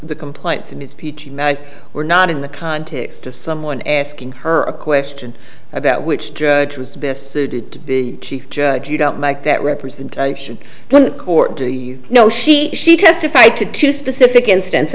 the complaints were not in the context of someone asking her a question about which judge was best suited to be chief judge you don't like that representation the court do you know she she testified to two specific instance